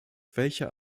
welcher